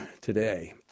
today